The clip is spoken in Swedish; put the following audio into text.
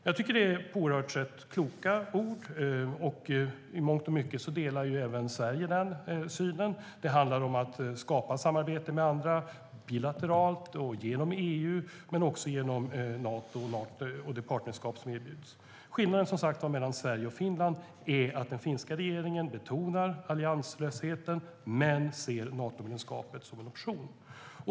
Jag tycker att det är oerhört kloka ord, och i mångt och mycket delar även Sverige denna syn. Det handlar om att skapa samarbete med andra bilateralt och genom EU men också genom Nato och de partnerskap som erbjuds. Skillnaden mellan Sverige och Finland är som sagt att den finska regeringen betonar allianslösheten men ser Natomedlemskapet som en option.